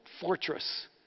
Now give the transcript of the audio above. fortress